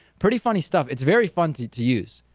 pretty funny stuff. it's very fun to to use.